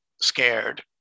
scared